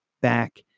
back